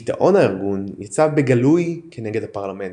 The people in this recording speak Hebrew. ביטאון הארגון יצא בגלוי כנגד הפרלמנט.